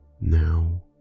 Now